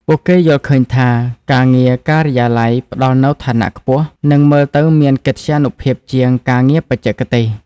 ពួកគេយល់ឃើញថា ការងារការិយាល័យផ្តល់នូវឋានៈខ្ពស់ និងមើលទៅមានកិត្យានុភាពជាងការងារបច្ចេកទេស។